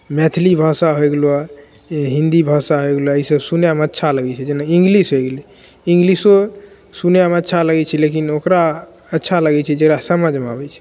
मैथिली भाषा होइ गेलऽ आओर हिन्दी भाषा होइ गेलऽ ईसब सुनैमे अच्छा लगै छै जेना इन्गलिश होइ गेलै इन्गलिशो सुनैमे अच्छा लगै छै लेकिन ओकरा अच्छा लागै छै जकरा समझमे आबै छै